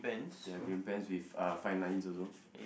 green pants with uh fine lines also